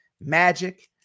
magic